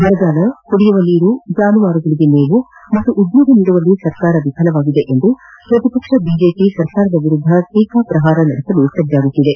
ಬರಗಾಲ ಕುಡಿಯುವ ನೀರು ಜಾನುವಾರುಗಳಿಗೆ ಮೇವು ಮತ್ತು ಉದ್ಯೋಗ ನೀಡುವಲ್ಲಿ ಸರ್ಕಾರ ವಿಫಲವಾಗಿದೆ ಎಂದು ಪ್ರತಿಪಕ್ಷ ಬಿಜೆಪಿ ಸರ್ಕಾರದ ವಿರುದ್ದ ಟೀಕಾ ಪ್ರಹಾರ ನಡೆಸಲು ಸಜ್ಣಾಗಿದೆ